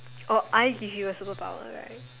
or I give you a superpower right